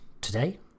today